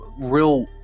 real